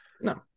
No